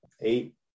eight